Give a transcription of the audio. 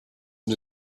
new